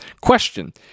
question